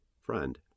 Friend